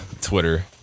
twitter